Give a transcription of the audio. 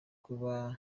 kuba